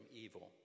evil